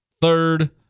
third